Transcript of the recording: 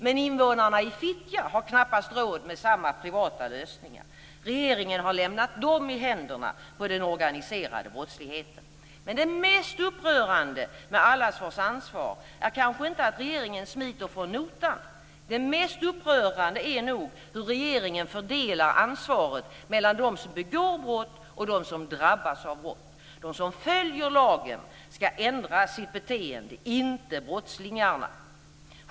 Men invånarna i Fittja har knappast råd med samma privata lösningar. Regeringen har lämnat dem i händerna på den organiserade brottsligheten. Men det mest upprörande med Allas vårt ansvar är kanske inte att regeringen smiter från notan. Det mest upprörande är nog hur regeringen fördelar ansvaret mellan dem som begår brott och dem som drabbas av brott. De som följer lagen ska ändra sitt beteende, inte brottslingarna.